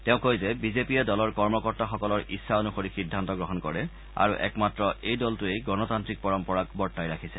তেওঁ কয় যে বিজেপিয়ে দলৰ কৰ্মকৰ্তাসকলৰ ইচ্ছা অনুসৰি সিদ্ধান্ত গ্ৰহণ কৰে আৰু একমাত্ৰ এই দলটোৱেই গণতান্ত্ৰিক পৰম্পৰাক বৰ্তাই ৰাখিছে